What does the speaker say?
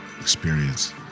experience